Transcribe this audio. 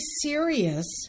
serious